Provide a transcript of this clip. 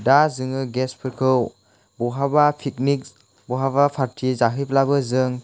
दा जोङो गेस फोरखौ बहाबा पिकनिक बहाबा पार्टि जाहैब्लाबो जों